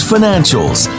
Financials